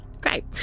Great